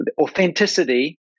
authenticity